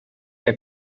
der